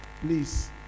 please